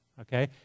Okay